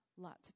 lots